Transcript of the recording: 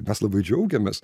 mes labai džiaugiamės